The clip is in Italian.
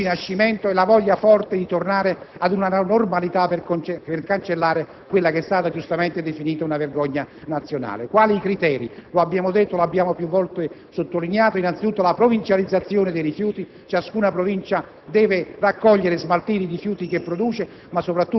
contrabbandarci un drammatico quanto ridicolo Rinascimento e la voglia forte di tornare ad una normalità per cancellare quella che è stata giustamente definita una vergogna nazionale. Quali i criteri? Lo abbiamo detto e più volte sottolineato. Innanzitutto, la provincializzazione dei rifiuti: ciascuna Provincia